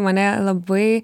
mane labai